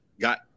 got